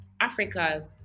Africa